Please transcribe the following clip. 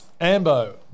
Ambo